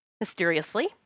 mysteriously